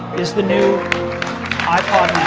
is the new ipod